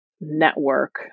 network